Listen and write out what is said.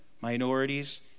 minorities